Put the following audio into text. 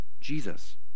Jesus